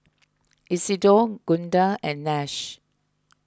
Isidor Gunda and Nash